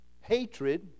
hatred